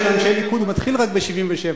כי הזיכרון של אנשי ליכוד מתחיל רק ב-1977,